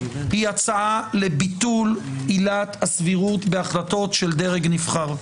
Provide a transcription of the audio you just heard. היא הצעה לביטול עילת הסבירות בהחלטות של דרג נבחר.